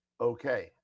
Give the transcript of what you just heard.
okay